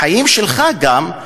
החיים שלך גם,